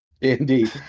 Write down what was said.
Indeed